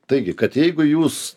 taigi kad jeigu jūs